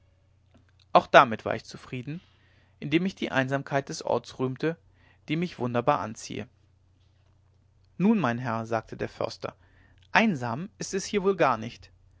auch damit war ich zufrieden indem ich die einsamkeit des orts rühmte die mich wunderbar anziehe nun mein herr sagte der förster einsam ist es hier wohl gar nicht